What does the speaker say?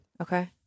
Okay